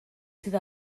sydd